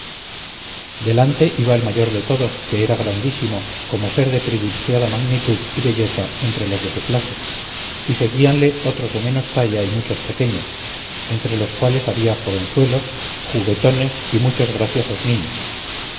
delante iba el mayor de todos que era grandísimo como ser de privilegiada magnitud y belleza entre los de su clase y seguíanle otros de menos talla y muchos pequeños entre los cuales había jovenzuelos juguetones y muchos graciosos niños